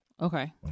Okay